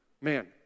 Man